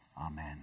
amen